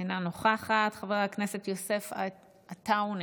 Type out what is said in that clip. אינה נוכחת, חבר הכנסת יוסף עטאונה,